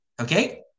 Okay